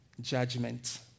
judgment